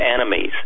enemies